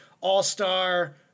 all-star